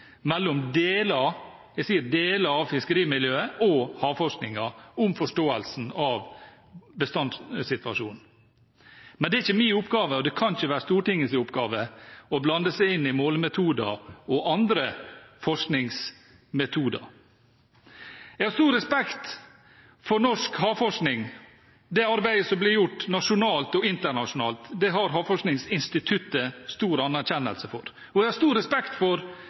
mellom deler – jeg sier deler – av fiskerimiljøet og havforskningen om forståelsen av bestandssituasjonen. Men det er ikke min oppgave, og det kan ikke være Stortingets oppgave, å blande seg inn i målemetoder og andre forskningsmetoder. Jeg har stor respekt for norsk havforskning og det arbeidet som blir gjort nasjonalt og internasjonalt. Det har Havforskningsinstituttet stor anerkjennelse for. Og jeg har stor respekt for